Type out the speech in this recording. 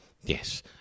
Yes